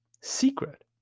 secret